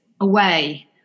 away